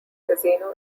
casino